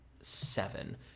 seven